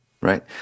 right